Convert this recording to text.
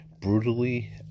brutally